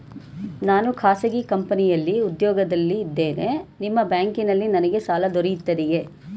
ನಾನು ಖಾಸಗಿ ಕಂಪನಿಯಲ್ಲಿ ಉದ್ಯೋಗದಲ್ಲಿ ಇದ್ದೇನೆ ನಿಮ್ಮ ಬ್ಯಾಂಕಿನಲ್ಲಿ ನನಗೆ ಸಾಲ ದೊರೆಯುತ್ತದೆಯೇ?